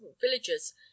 villagers